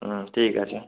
হুম ঠিক আছে